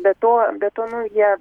be to be to nu jie